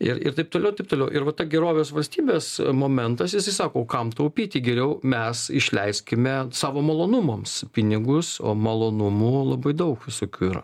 ir ir taip toliau ir taip toliau ir va ta gerovės valstybės momentas jisai sako o kam taupyti geriau mes išleiskime savo malonumams pinigus o malonumų labai daug visokių yra